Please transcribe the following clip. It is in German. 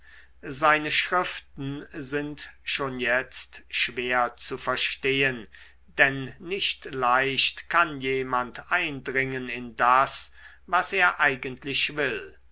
seine schriften sind schon jetzt schwer zu verstehen denn nicht leicht kann jemand eindringen in das was er eigentlich will